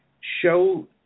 show